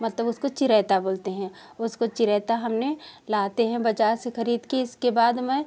मतलब उसको चिरायता बोलते हैं उसको चिरायता हमने लाते हैं बजार से खरीद के इसके बाद में